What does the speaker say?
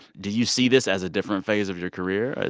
do you see this as a different phase of your career, a